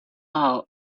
all